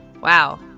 Wow